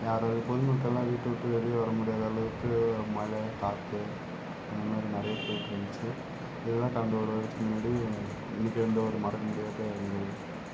யாரும் பொதுமக்களெல்லாம் வீட்டை விட்டு வெளிய வரமுடியாத அளவுக்கு மழை காற்று அந்தமாதிரி நிறைய போயிட்டுருந்துச்சு இதுதான் கடந்த ஒரு வருஷத்துக்கு முன்னாடி இன்றைக்கும் அந்த ஒரு மறக்க முடியாத நினைவு